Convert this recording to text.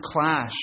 clash